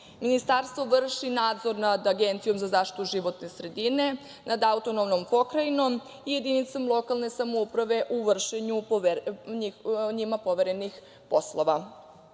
Ministarstvo vrši nadzor nad Agencijom za zaštitu životne sredine, nad autonomnom pokrajinom i jedinicom lokalne samouprave u vršenju njima poverenih